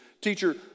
Teacher